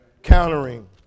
Countering